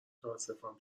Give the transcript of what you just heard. متاسفم